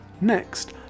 Next